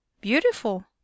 Beautiful